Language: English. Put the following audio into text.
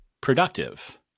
productive